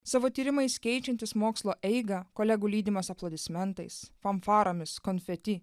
savo tyrimais keičiantis mokslo eigą kolegų lydimas aplodismentais fanfaromis konfeti